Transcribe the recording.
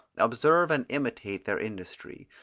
observe and imitate their industry,